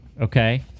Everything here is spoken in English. okay